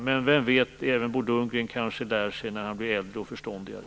Men vem vet, även Bo Lundgren kanske lär sig när han blir äldre och förståndigare.